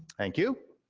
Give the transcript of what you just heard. thank you,